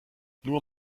nur